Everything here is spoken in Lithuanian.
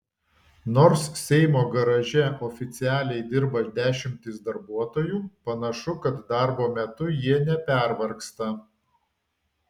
nors seimo garaže oficialiai dirba dešimtys darbuotojų panašu kad darbo metu jie nepervargsta